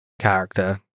character